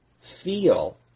feel